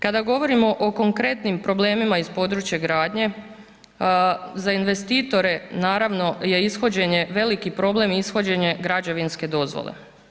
Kada govorimo o konkretnim problemima iz područja gradnje za investitore naravno je ishođenje, veliki problem ishođenje građevinske dozvole.